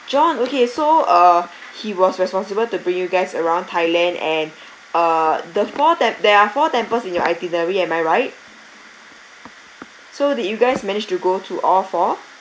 john okay so uh he was responsible to bring you guys around thailand and the more that therefore than in your I the very am I right so that you guys minister go to offer